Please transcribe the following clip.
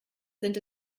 sind